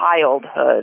childhood